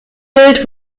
gilt